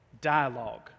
dialogue